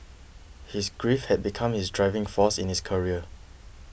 his grief had become his driving forcing in his career